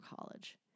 college